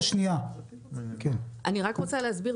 אני רוצה להסביר.